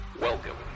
Welcome